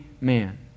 man